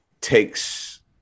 takes